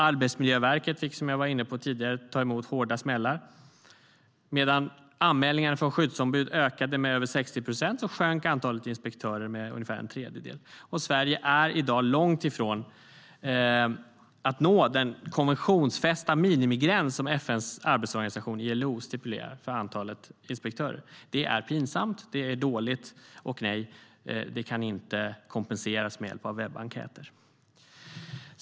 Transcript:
Arbetsmiljöverket fick, som jag var inne på tidigare, ta emot hårda smällar. Medan anmälningarna från skyddsombud ökade med över 60 procent sjönk antalet inspektörer med ungefär en tredjedel. Sverige är i dag långt ifrån att nå den konventionsfästa minimigräns som FN:s arbetsorganisation ILO stipulerar för antalet inspektörer. Det är pinsamt, det är dåligt och nej, det kan inte kompenseras med hjälp av webbenkäter.